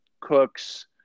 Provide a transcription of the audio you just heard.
cooks